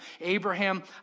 Abraham